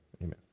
amen